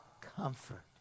comfort